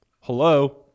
hello